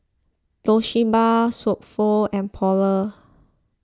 Toshiba So Pho and Polar